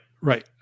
Right